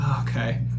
Okay